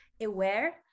aware